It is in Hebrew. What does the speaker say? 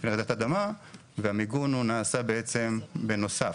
מפני רעידת אדמה והמיגון הוא נעשה בעצם בנוסף.